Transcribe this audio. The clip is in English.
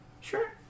Sure